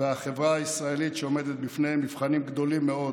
בחברה הישראלית, שעומדת בפני מבחנים גדולים מאוד